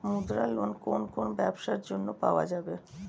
মুদ্রা লোন কোন কোন ব্যবসার জন্য পাওয়া যাবে?